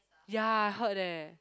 ya I heard eh